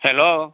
hello